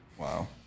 Wow